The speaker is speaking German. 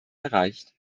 erreicht